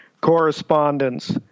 correspondence